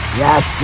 yes